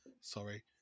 Sorry